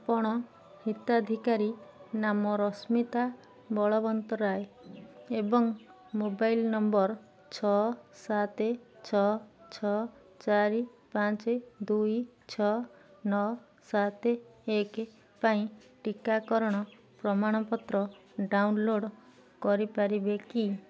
ଆପଣ ହିତାଧିକାରୀ ନାମ ରଶ୍ମିତା ବଳବନ୍ତରାୟ ଏବଂ ମୋବାଇଲ ନମ୍ବର ଛଅ ସାତ ଛଅ ଛଅ ଚାରି ପାଞ୍ଚ ଦୁଇ ଛଅ ନଅ ସାତ ଏକ ପାଇଁ ଟିକାକରଣର ପ୍ରମାଣପତ୍ର ଡାଉନଲୋଡ଼୍ କରିପାରିବେ କି